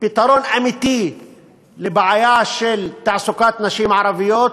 פתרון אמיתי לבעיה של תעסוקת נשים ערביות,